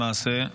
למעשה,